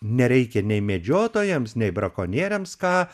nereikia nei medžiotojams nei brakonieriams ką